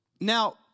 Now